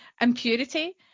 Impurity